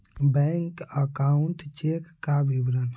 Bank account check का विवरण?